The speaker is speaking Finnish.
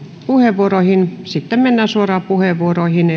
puheenvuoroihin sitten mennään suoraan puheenvuoroihin